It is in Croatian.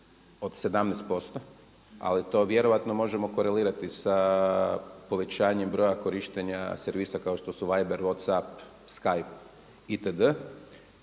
od 17%, ali to vjerojatno možemo korelirati sa povećanjem broja korištenja servisa kao što su Viber, WhatsApp, Skype itd.